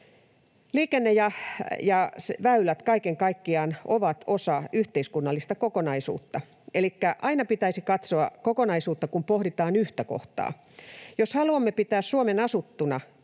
Liikenne ja väylät kaiken kaikkiaan ovat osa yhteiskunnallista kokonaisuutta, elikkä aina pitäisi katsoa kokonaisuutta, kun pohditaan yhtä kohtaa. Jos haluamme pitää Suomen asuttuna